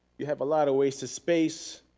you have a lot of wasted space